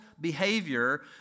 behavior